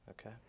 Okay